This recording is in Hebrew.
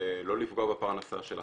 לא לפגוע בפרנסה שלכם,